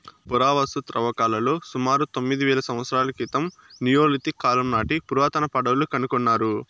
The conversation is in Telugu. పురావస్తు త్రవ్వకాలలో సుమారు తొమ్మిది వేల సంవత్సరాల క్రితం నియోలిథిక్ కాలం నాటి పురాతన పడవలు కనుకొన్నారు